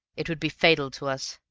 it would be fatal to us.